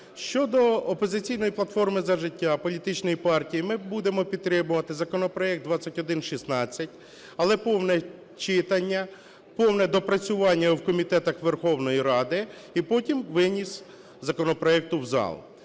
Щодо "Опозиційної платформи – За життя", політичної партії, ми будемо підтримувати законопроект 2116, але повне читання, повне доопрацювання в комітетах Верховної Ради і потім винесення законопроекту в зал.